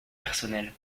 personnels